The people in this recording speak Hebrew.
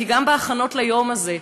כי גם בהכנות ליום הזה,